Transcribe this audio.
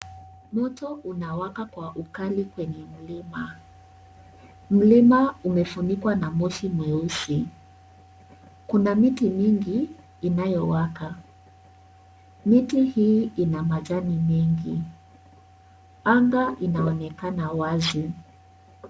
Moto unawaka kwa ukali kwenye Mlima. Mlima umefunikwa na moshi mweusi. Kuna miti mingi inayowaka. Miti hii ina majani mengi. Anga inaonekana wazi.